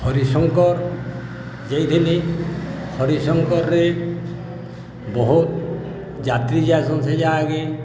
ହରିଶଙ୍କର ଯେଇଥିନି ହରିଶଙ୍କରରେ ବହୁତ ଯାତ୍ରୀ ଯାଏସନ୍ ସେ ଜାଗା କେ